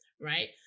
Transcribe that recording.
right